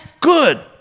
good